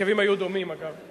ההרכבים היו דומים, אגב.